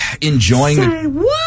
enjoying